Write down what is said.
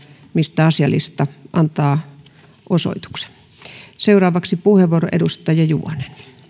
mistä asialista antaa osoituksen seuraavaksi puheenvuoro edustaja juvonen